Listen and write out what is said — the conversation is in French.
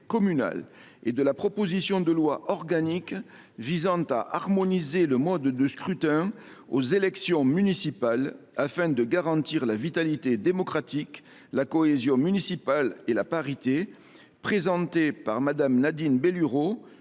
et de la proposition de loi organique visant à harmoniser le mode de scrutin aux élections municipales afin de garantir la vitalité démocratique, la cohésion municipale et la parité, présentée par Mme Nadine Bellurot,